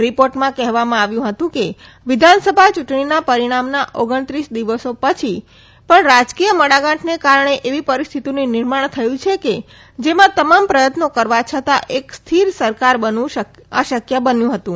રિપોર્ટમાં કહેવામાં આવ્યું હતું કે વિધાનસભા યૂંટણીના પરિણામના ઓગણીસ દિવસો પછી પણ રાજકીય મડાંગાંઠને કારણે એવી પરિસ્થિતિનું નિર્માણ થયું કે જેમાં તમામ પ્રયત્નો કરવા છતાં એક સ્થિર સરકાર બનવું અશક્ય હતું